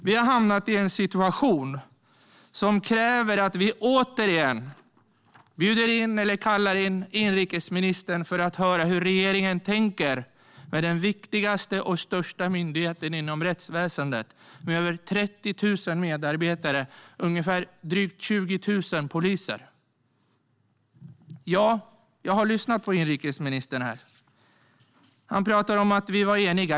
Vi har hamnat i en situation som kräver att vi återigen bjuder in eller kallar in inrikesministern för att höra hur regeringen tänker med den viktigaste och största myndigheten inom rättsväsendet med över 30 000 medarbetare och drygt 20 000 poliser. Jag har lyssnat på inrikesministern här. Han talar om att vi var eniga.